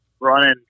running